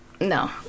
No